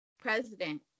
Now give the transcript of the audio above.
president